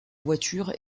voiture